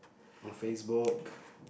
on Facebook